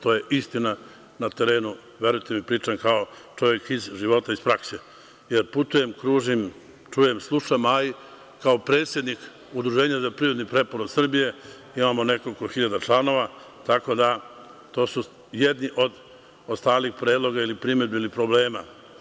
To je istina na terenu, verujte mi, pričam kao čovek iz života i iz prakse jer putujem, kružim, čujem, slušam, a i kao predsednik Udruženja za privredni preporod Srbije imamo nekoliko hiljada članova, tako da to su jedni od ostalih predloga ili primedbi ili problema.